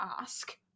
ask